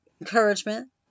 encouragement